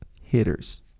hitters